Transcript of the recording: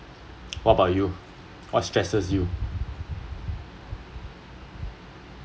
what about you what stresses you